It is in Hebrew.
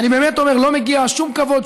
ואני באמת אומר: לא מגיע שום כבוד,